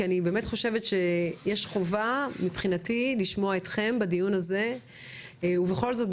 כי אני באמת חושבת שיש חובה מבחינתי לשמוע אתכם בדיון הזה ובכל זאת,